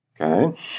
Okay